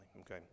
okay